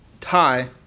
tie